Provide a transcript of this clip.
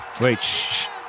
Wait